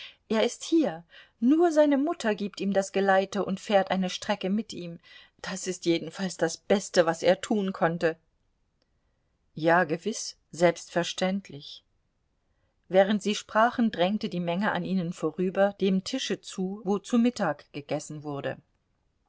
er ist hier nur seine mutter gibt ihm das geleite und fährt eine strecke mit ihm das ist jedenfalls das beste was er tun konnte ja gewiß selbstverständlich während sie sprachen drängte die menge an ihnen vorüber dem tische zu wo zu mittag gegessen wurde